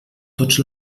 tots